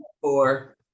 four